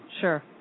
sure